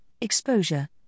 exposure